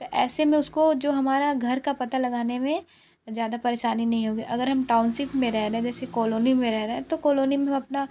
तो ऐसे में उसको जो हमारा घर का पता लगाने में ज़्यादा परेशानी नहीं होगी अगर हम टाउनसिप में रह रहें जैसे कॉलोनी में रह रहें तो कॉलोनी में अपना